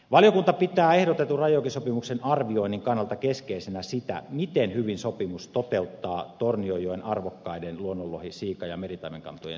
valiokunta pitää ehdotetun rajajokisopimuksen arvioinnin kannalta keskeisenä sitä miten hyvin sopimus toteuttaa tornionjoen arvokkaiden luonnonlohi siika ja meritaimenkantojen suojelun